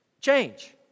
change